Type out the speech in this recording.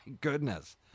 goodness